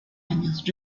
años